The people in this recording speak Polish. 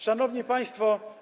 Szanowni Państwo!